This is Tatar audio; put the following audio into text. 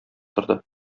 торды